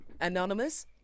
Anonymous